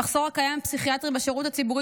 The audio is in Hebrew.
המחסור הקיים בפסיכיאטרים בשירות הציבורי